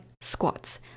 squats